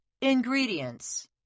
ingredients